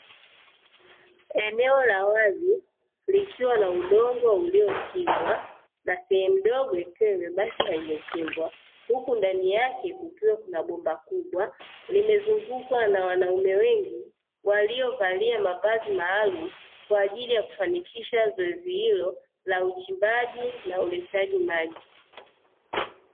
Eneo la wazi, likiwa na udongo uliochimbwa na sehemu ndogo ikiwa imebaki haijachimbwa, huku ndani yake kukiwa kuna bomba kubwa limezungukwa na wanaume wengi waliovalia mavazi maalumu kwa ajili ya kufanikisha zoezi hilo la uchimbaji na uletaji maji.